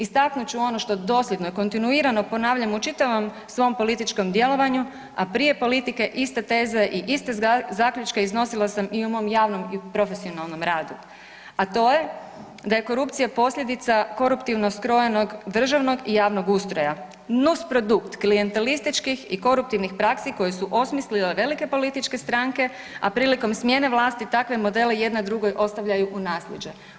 Istaknut ću ono što dosljedno i kontinuirano ponavljam u čitavom svom političkom djelovanju, a prije politike iste teze i iste zaključke iznosila sam i u mom javnom i profesionalnom radu a to je da je korupcija posljedica koruptivno skrojenog državnog i javnog ustroja, nusprodukt klijentelističkih i koruptivnih praksi koje su osmislile velike političke stranke a prilikom smjene vlasti takve modele ostavljaju u naslijeđe.